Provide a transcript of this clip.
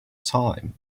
time